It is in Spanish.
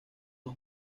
los